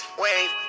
wave